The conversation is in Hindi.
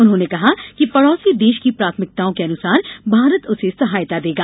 उन्होंने कहा है कि पडोसी देश की प्राथमिकताओं के अनुसार भारत उसे सहायता देगा